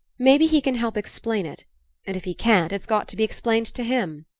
maybe he can help explain it and if he can't, it's got to be explained to him.